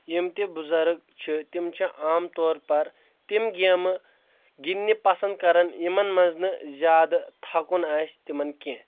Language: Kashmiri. یِم تہِ بٕزرگ چھِ تِم چھِ عام طور پر تِم گیمہٕ گنٛدنہِ پسنٛد کران یِمن منٛز نہٕ زیادٕ تھکُن آسہِ تِمن کینٛہہ